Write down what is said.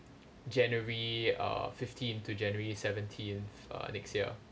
january uh fifteenth to january seventeenth uh next year